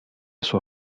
sua